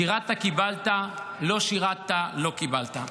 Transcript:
שירתָּ קיבלת, לא שירתָּ לא קיבלת.